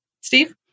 Steve